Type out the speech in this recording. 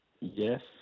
Yes